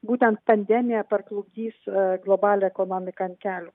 būtent pandemija parklupdys globalią ekonomiką ant kelių